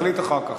נחליט אחר כך.